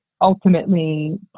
ultimately